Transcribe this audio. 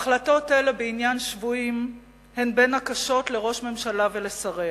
החלטות אלה בעניין שבויים הן בין הקשות לראש ממשלה ולשריה.